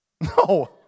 No